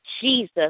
Jesus